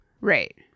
right